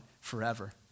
Forever